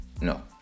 No